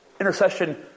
intercession